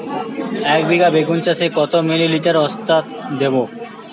একবিঘা বেগুন চাষে কত মিলি লিটার ওস্তাদ দেবো?